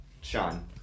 Sean